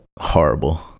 horrible